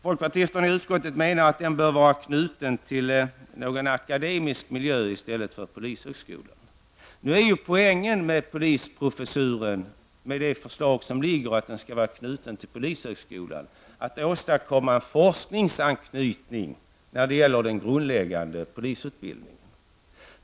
Folkpartisterna i utskottet menar att den bör vara knuten till någon akademisk miljö i stället för till polishögskolan. Poängen med polisprofessuren, i det föreliggande förslaget om att den skall vara knuten till polishögskolan, är att åstadkomma en forskningsanknytning när det gäller den grundläggande polisutbildningen.